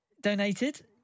donated